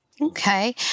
Okay